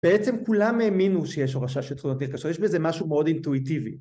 בעצם כולם האמינו שיש הורשה של תכונות נרקשות, יש בזה משהו מאוד אינטואיטיבי